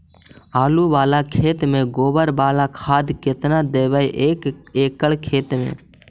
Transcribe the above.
आलु बाला खेत मे गोबर बाला खाद केतना देबै एक एकड़ खेत में?